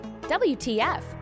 WTF